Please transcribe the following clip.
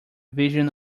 vision